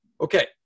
Okay